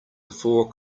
before